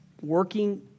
working